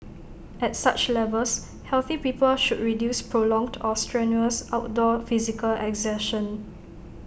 at such levels healthy people should reduce prolonged or strenuous outdoor physical exertion